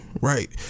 right